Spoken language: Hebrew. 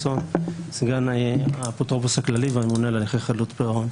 סגן האפוטרופוס הכללי והממונה על הליכי חדלות פירעון.